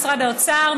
משרד האוצר,